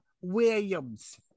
Williams